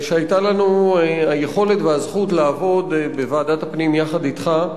שהיו לנו היכולת והזכות לעבוד בוועדת הפנים יחד אתך.